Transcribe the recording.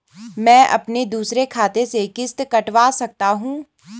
मैं अपने दूसरे खाते से किश्त कटवा सकता हूँ?